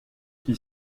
qui